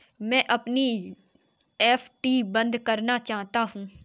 मैं अपनी एफ.डी बंद करना चाहता हूँ